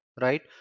right